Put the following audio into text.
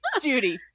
judy